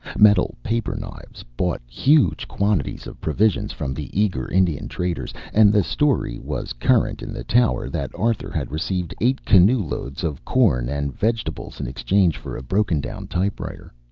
metal paper-knives bought huge quantities of provisions from the eager indian traders, and the story was current in the tower that arthur had received eight canoe-loads of corn and vegetables in exchange for a broken-down typewriter.